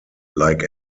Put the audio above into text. like